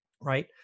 right